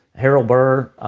harold bird,